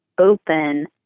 open